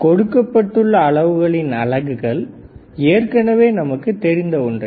கொடுக்கப்பட்டுள்ள அளவுகளின் அலகுகள் ஏற்கனவே நமக்கு தெரிந்த ஒன்றே